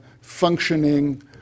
functioning